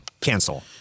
Cancel